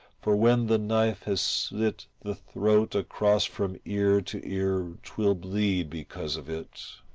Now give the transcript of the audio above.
for when the knife has slit the throat across from ear to ear twill bleed because of it.